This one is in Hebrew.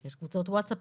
יש קבוצות ווטסאפ,